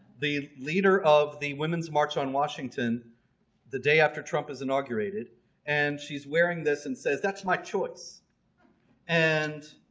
the leader of the women's march on washington the day after trump is inaugurated and she's wearing this and says that's my choice and